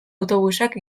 autobusak